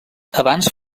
abans